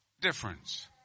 difference